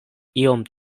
iom